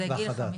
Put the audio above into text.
בסדר,